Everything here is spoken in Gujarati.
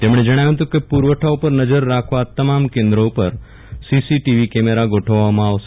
તેમણે જણાવ્યુ હતું કે પુરવઠા ઉપર નજર રાખવા તમામ કેન્દ્રો ઉપર સીસીટીવી કેમેરા ગોઠવવામાં આવશે